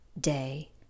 day